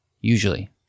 usually